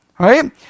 Right